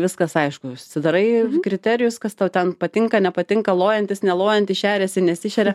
viskas aišku užsidarai kriterijus kas tau ten patinka nepatinka lojantis nelojantis šeriasi nesišeria